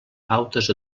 pautes